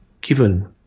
given